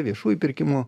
viešųjų pirkimų